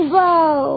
Whoa